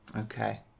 Okay